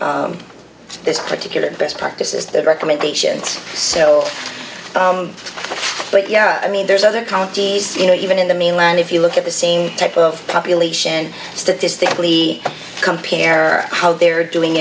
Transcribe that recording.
this particular best practices of recommendations so but yeah i mean there's other counties you know even in the mainland if you look at the same type of population statistically compare how they're doing